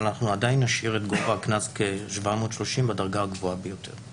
אבל עדיין נשאיר את גובה הקנס בדרגה הגבוהה ביותר,